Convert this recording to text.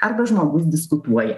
arba žmogus diskutuoja